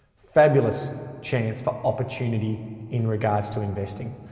fabulous chance for opportunity in regards to investing.